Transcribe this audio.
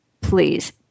please